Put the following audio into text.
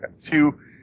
Two